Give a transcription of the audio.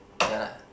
yeah lah